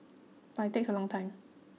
but it takes a long time